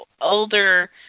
older